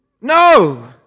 No